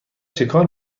چکار